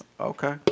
Okay